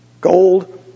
gold